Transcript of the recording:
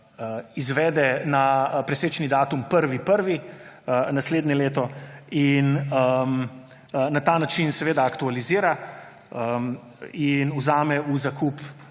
izvede na presečni datum 1. 1. naslednje leto in na ta način aktualizira in vzame v zakup